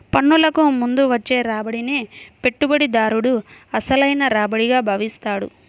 పన్నులకు ముందు వచ్చే రాబడినే పెట్టుబడిదారుడు అసలైన రాబడిగా భావిస్తాడు